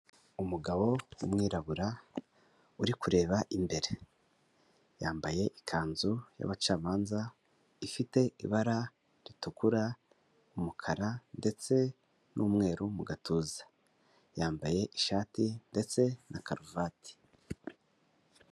Umugabo w'umwirabura, uri kureba imbere. Yambaye ikanzu yab'abacamanza, ifite ibara ritukura, umukara, ndetse n'umweru mu gatuza. Yambaye ishati ndetse na karuvati.